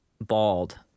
bald